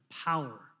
power